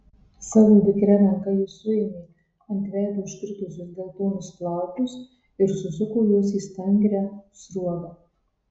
savo vikria ranka ji suėmė ant veido užkritusius geltonus plaukus ir susuko juos į stangrią sruogą